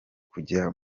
kujya